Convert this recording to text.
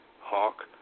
Hawk